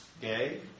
gay